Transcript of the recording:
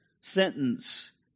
sentence